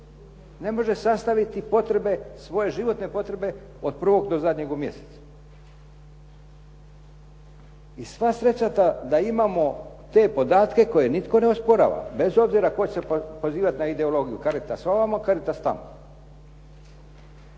ne može sastaviti potrebe, svoje životne potrebe od prvog do zadnjeg u mjesecu. I sva sreća da imamo te podatke koje nitko ne osporava bez obzira tko će se pozivati na ideologiju, Caritas ovamo, Caritas tamo.